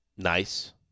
Nice